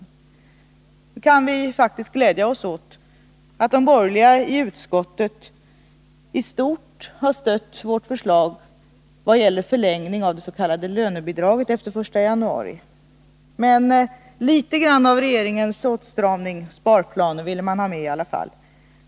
Nu kan vi faktiskt glädja oss åt att de borgerliga i utskottet i stort har stött vårt förslag när det gäller förlängning av det s.k. lönebidraget efter den 1 januari. Men litet av regeringens åtstramning ville man i alla fall ha med.